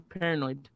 Paranoid